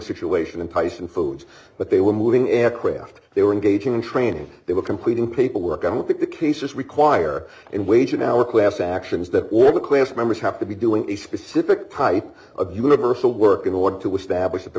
situation in tyson foods but they were moving aircraft they were engaging in training they were completing paperwork i don't think the cases require it wage an hour class actions that or the class members have to doing a specific type of universal work in order to establish th